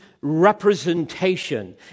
representation